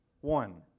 One